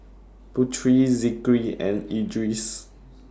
Putri Zikri and Idris